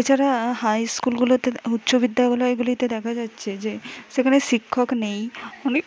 এছাড়া হাই স্কুলগুলোতে উচ্চ বিদ্যালয়গুলিতে দেখা যাচ্ছে যে সেখানে শিক্ষক নেই অনেক